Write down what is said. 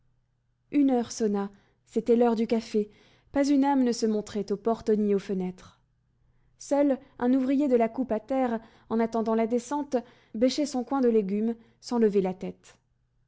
une heure sonna c'était l'heure du café pas une âme ne se montrait aux portes ni aux fenêtres seul un ouvrier de la coupe à terre en attendant la descente bêchait son coin de légumes sans lever la tête